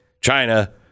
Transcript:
china